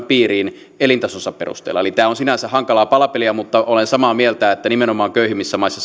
piiriin elintasonsa perusteella eli tämä on sinänsä hankalaa palapeliä mutta olen samaa mieltä että nimenomaan köyhimmissä maissa